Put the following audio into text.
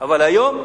אבל היום,